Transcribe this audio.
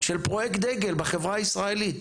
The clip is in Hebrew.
של פרויקט דגל בחברה הישראלית,